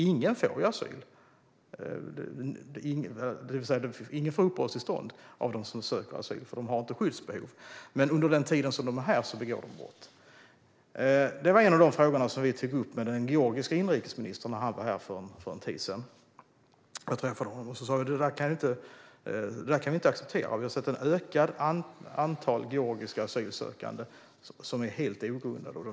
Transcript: Ingen av dem får uppehållstillstånd för de har inte skyddsbehov. Men under den tid då de är här begår de brott. Detta var en av de frågor som vi tog upp med den georgiske inrikesministern när han var här för en tid sedan. Jag träffade honom och sa att vi inte kan acceptera det här. Vi har sett en ökning av antalet georgiska asylsökande med helt ogrundade skäl.